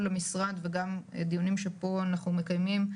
המשרד וגם דיונים שפה אנחנו מקיימים,